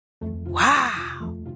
Wow